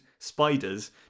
spiders